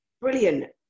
brilliant